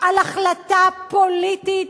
על החלטה פוליטית.